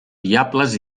diables